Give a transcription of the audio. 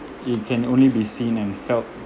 it can only be seen and felt